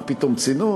מה פתאום צינון?